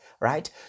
Right